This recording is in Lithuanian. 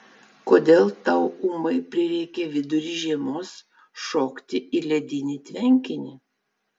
kodėl tau ūmai prireikė vidury žiemos šokti į ledinį tvenkinį